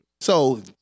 So-